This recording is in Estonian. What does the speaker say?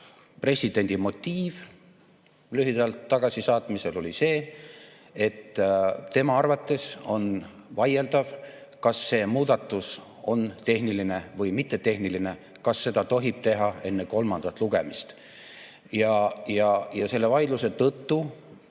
oli lühidalt öeldes see, et tema arvates on vaieldav, kas see muudatus on tehniline või mittetehniline, kas seda tohib teha enne kolmandat lugemist. Ja selle vaidluse tõttu